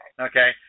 Okay